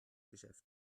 geschäft